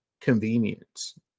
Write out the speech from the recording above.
convenience